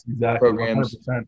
programs